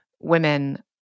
women